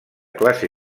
classe